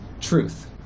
truth